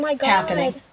happening